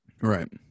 Right